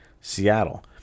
Seattle